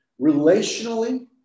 relationally